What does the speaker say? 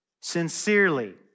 sincerely